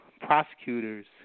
prosecutors